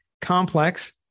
complex